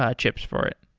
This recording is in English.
ah chips for it?